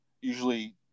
usually